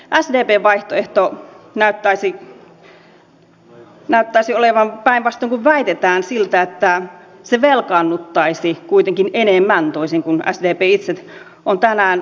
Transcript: sdpn vaihtoehto näyttäisi olevan päinvastoin kuin väitetään se että se velkaannuttaisi kuitenkin enemmän toisin kuin sdp itse on tänään väittänyt